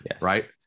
Right